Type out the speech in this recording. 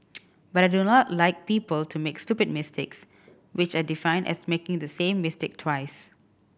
but I do not like people to make stupid mistakes which I define as making the same mistake twice